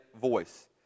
voice